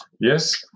Yes